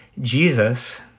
Jesus